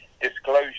disclosure